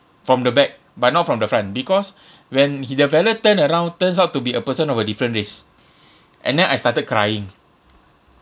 from the back but not from the front because when he the fella turn around turns out to be a person of a different race and then I started crying